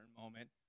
moment